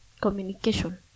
Communication